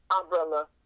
umbrella